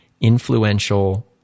influential